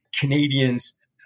Canadians